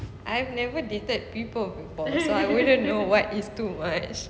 I have never dated people before so I wouldn't know what is too much